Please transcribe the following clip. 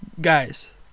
Guys